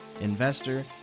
investor